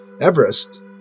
Everest